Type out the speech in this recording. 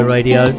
Radio